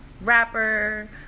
rapper